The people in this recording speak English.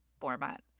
format